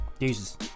Jesus